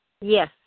yes